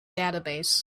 database